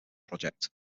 project